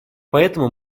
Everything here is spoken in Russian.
поэтому